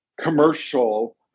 commercial